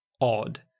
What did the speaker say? odd